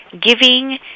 giving